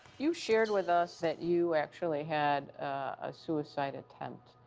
you shared with us that you actually had a suicide attempt.